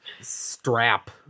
strap